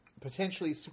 potentially